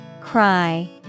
Cry